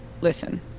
Listen